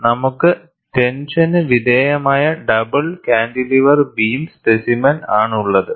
നമുക്ക് ടെൻഷനു വിധേയമായ ഡബിൾ കാന്റിലിവർ ബീം സ്പെസിമെൻ ആണുള്ളത്